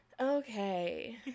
okay